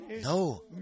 No